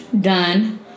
done